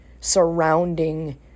surrounding